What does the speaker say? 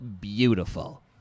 beautiful